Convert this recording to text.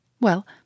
Well